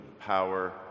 power